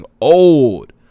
old